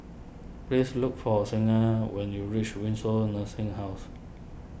please look for Signa when you reach Windsor Nursing House